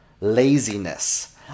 laziness